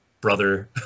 brother